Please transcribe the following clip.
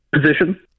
Position